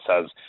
says